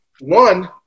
One